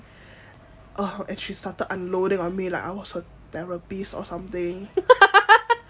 and she started unloading on me like I was her therapist or something